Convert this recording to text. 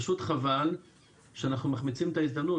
פשוט חבל שאנחנו מחמיצים את ההזדמנות.